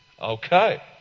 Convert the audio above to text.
Okay